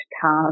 cars